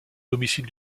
domicile